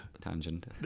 Tangent